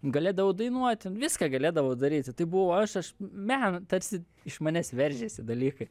galėdavau dainuot ten viską galėdavau daryti tai buvau aš meno tarsi iš manęs veržėsi dalykai